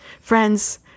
Friends